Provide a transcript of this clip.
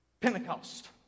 Pentecost